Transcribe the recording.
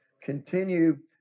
continue